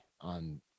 on